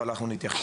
אבל אנחנו נתייחס.